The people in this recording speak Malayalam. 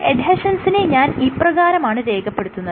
എഡ്ഹെഷൻസിനെ ഞാൻ ഇപ്രകാരമാണ് രേഖപെടുത്തുന്നത്